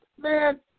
man